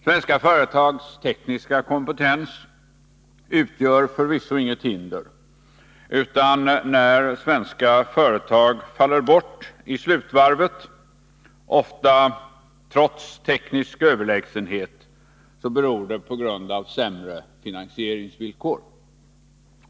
Svenska företags tekniska kompetens utgör förvisso inget hinder, utan när svenska företag faller bort i slutvarvet, ofta trots teknisk överlägsenhet, beror det på sämre finansieringsvillkor.